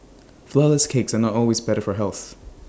Flourless Cakes are not always better for health